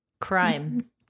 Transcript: Crime